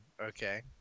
okay